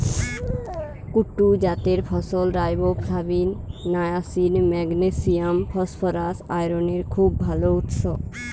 কুট্টু জাতের ফসল riboflavin, niacin, magnesium, phosphorus, আয়রনের খুব ভাল উৎস